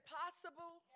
possible